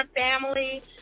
family